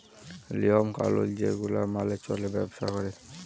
লিওম কালুল যে গুলা মালে চল্যে ব্যবসা ক্যরে